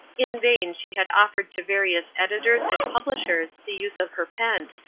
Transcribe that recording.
in vain she had offered to various editors and publishers the use of her pen.